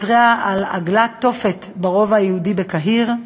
כשהתריעה על עגלת תופת ברובע היהודי בקהיר.